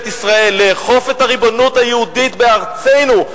ישראל: לאכוף את הריבונות היהודית בארצנו,